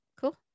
Cool